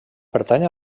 pertany